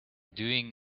doing